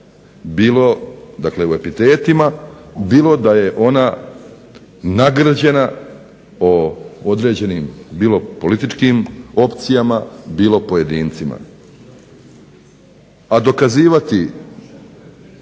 bilo dakle u epitetima, bilo da je ona nagrđena o određenim bilo političkim opcijama, bilo pojedincima, a dokazivati